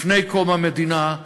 לפני קום המדינה,